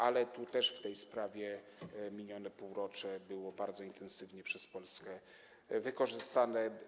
Ale tu też w tej sprawie minione półrocze było bardzo intensywnie przez Polskę wykorzystane.